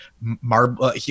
marble